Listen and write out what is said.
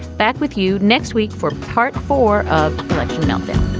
back with you next week for part four of like you know them